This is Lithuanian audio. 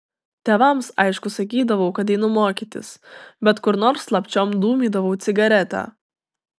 tėvams aišku sakydavau kad einu mokytis bet kur nors slapčiom dūmydavau cigaretę